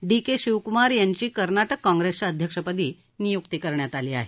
D K Shivakumar यांची कर्नाटक काँग्रेसच्या अध्यक्षपदी नियुक्ती करण्यात आली आहे